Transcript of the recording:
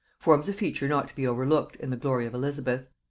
forms a feature not to be overlooked in the glory of elizabeth.